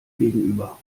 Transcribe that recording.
gegenüber